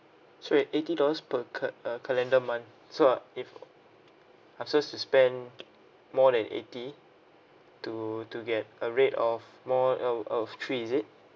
sorry eighty dollars per ca~ uh calendar month so uh if I'm so to spend more than eighty to to get a rate of more of of three is it